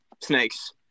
Snakes